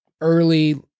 early